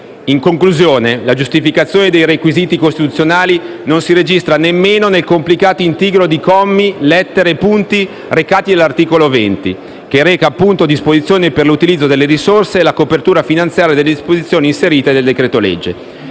In conclusione, la giustificazione dei requisiti costituzionali non si registra nemmeno nel complicato intrigo di commi, lettere e punti dell'articolo 20, che reca le disposizioni per l'utilizzo delle risorse e la copertura finanziaria delle norme inserite nel decreto-legge.